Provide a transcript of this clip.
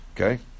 Okay